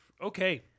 Okay